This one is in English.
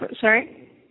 Sorry